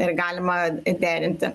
ir galima derinti